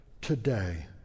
today